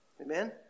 Amen